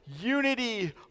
Unity